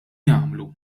jagħmlu